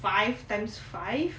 five times five